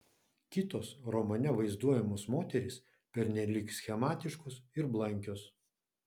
kitos romane vaizduojamos moterys pernelyg schematiškos ir blankios